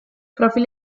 profil